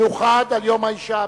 מיוחד על יום האשה הבין-לאומי,